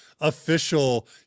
Official